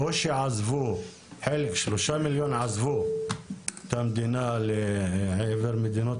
3 מיליון עזבו את המדינה לעבר מדינות